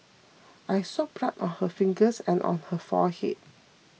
I saw blood on her fingers and on her forehead